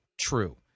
true